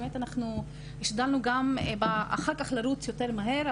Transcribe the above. אנחנו באמת השתדלנו אחר כך לרוץ יותר מהר,